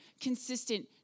consistent